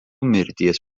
mirties